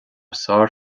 sár